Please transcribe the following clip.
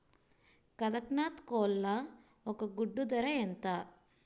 కదక్నత్ కోళ్ల ఒక గుడ్డు ధర ఎంత?